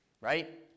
Right